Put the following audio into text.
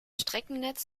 streckennetz